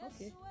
Okay